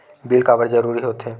Bill काबर जरूरी होथे?